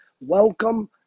Welcome